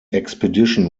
expedition